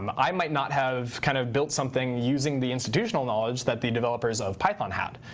um i might not have kind of built something using the institutional knowledge that the developers of python had.